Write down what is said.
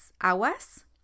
aguas